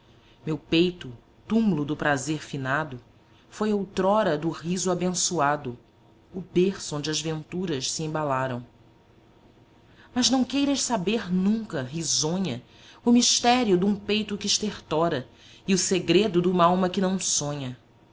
meu peito túmlo do prazer finado foi outrora do riso abençoado o berço onde as venturas se embalaram mas não queiras saber nunca risonha o mistério dum peito que estertora e o segredo dumalma que não sonha